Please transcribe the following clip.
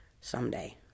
someday